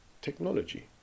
technology